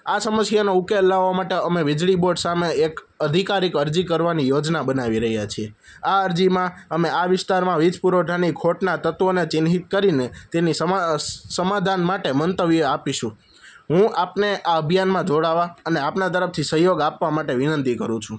આ સમસ્યાનો ઉકેલ લાવવા માટે અમે વીજળી બોર્ડ સામે એક અધિકારીક અરજી કરવાની યોજના બનાવી રહ્યા છીએ આ અરજીમાં અમે આ વિસ્તારમાં વીજ પુરવઠાની ખોટના તત્વોને ચિહ્નિત કરીને તેની સમાધાન માટે મંતવ્યો આપીશું હું આપને આ અભિયાનમાં જોડાવવા અને આપના તરફથી સહયોગ આપવા માટે વિનંતી કરું છું